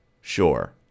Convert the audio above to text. Sure